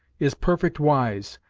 is perfect wise,